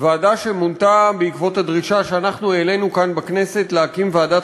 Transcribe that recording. ועדה שמונתה בעקבות הדרישה שאנחנו העלינו כאן בכנסת להקים ועדת